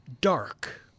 dark